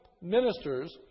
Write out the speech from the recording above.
ministers